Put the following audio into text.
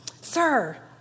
Sir